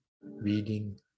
reading